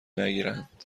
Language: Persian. نگیرند